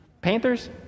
Panthers